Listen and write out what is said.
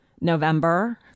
November